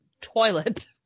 toilet